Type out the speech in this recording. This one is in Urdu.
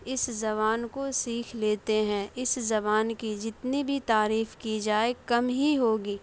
اس زبان کو سیکھ لیتے ہیں اس زبان کی جتنی بھی تعریف کی جائے کم ہی ہوگی